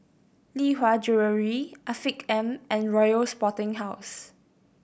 Lee Hwa Jewellery Afiq M and Royal Sporting House